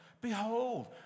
Behold